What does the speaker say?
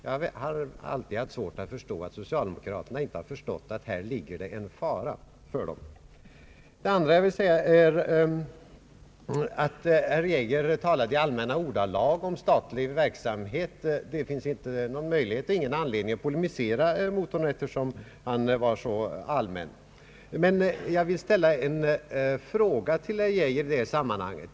Jag har alltid haft svårt att förstå, att socialdemokraterna inte inser att detta rymmer en fara för dem. Herr Geijer talade i allmänna ordalag om statlig verksamhet. Det finns ingen möjlighet och ingen anledning för mig att polemisera mot hans uttalanden eftersom de var så allmänna. Men jag vill ställa en fråga till herr Geijer i detta sammanhang.